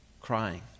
crying